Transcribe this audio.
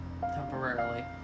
temporarily